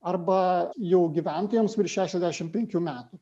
arba jau gyventojams virš šešiasdešimt penkių metų